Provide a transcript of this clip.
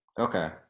okay